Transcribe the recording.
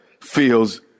feels